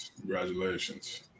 Congratulations